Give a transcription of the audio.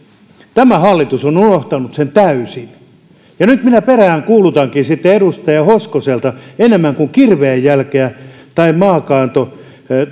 tämä hallitus on unohtanut sen täysin nyt minä peräänkuulutankin edustaja hoskoselta enemmän kuin kirveen jälkeä tai maahan kaato